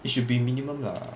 it should be minimum lah